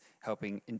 helping